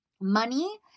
money